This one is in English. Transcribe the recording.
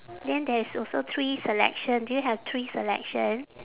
then there is also three selection do you have three selection